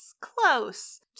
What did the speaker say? close